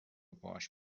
باهاش